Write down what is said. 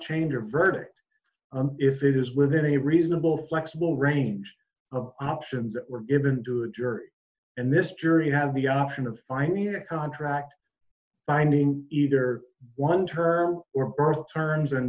change a verdict if it is within a reasonable flexible range of options that were given to a jury and this jury have the option of finding a contract finding either one her or burl terms and